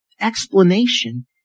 explanation